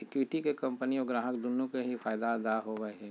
equity के company और ग्राहक दुन्नो के ही फायद दा होबा हई